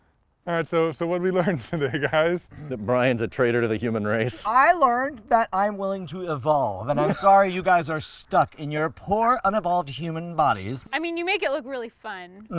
and so so what did we learn and today, guys? that brian is a traitor to the human race. i learned that i am willing to evolve and i'm sorry you guys are stuck in your poor un-evolved human bodies. i mean you make it look really fun,